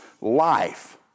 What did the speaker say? life